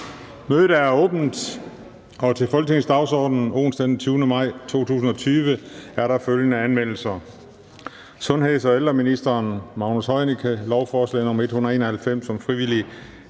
Mødet er åbnet. Til dagsordenen onsdag den 20. maj 2020 er der følgende anmeldelser: Sundheds- og ældreministeren (Magnus Heunicke): Lovforslag nr. L 191 (Forslag